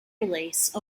release